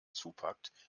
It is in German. zupackt